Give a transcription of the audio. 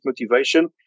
motivation